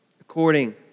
According